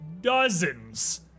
dozens